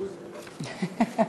כן.